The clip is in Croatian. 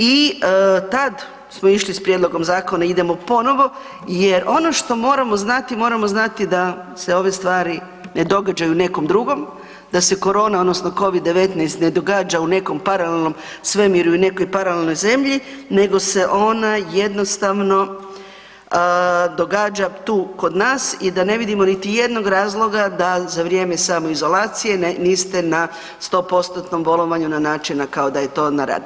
I tad smo išli s prijedlogom zakona, idemo ponovo jer ono što moramo znati, moramo znati da se ove stvari ne događaju nekom drugom, da se korona, odnosno Covid-19 ne događa u nekom paralelnom svemiru i nekoj paralelnoj zemlji nego se ona jednostavno događa tu kod nas i da ne vidimo niti jednog razloga da za vrijeme samoizolacije niste na 100% bolovanju na način na kao da je to na rad.